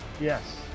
yes